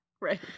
Right